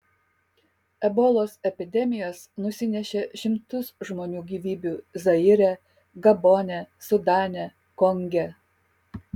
ebolos epidemijos nusinešė šimtus žmonių gyvybių zaire gabone sudane konge